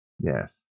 Yes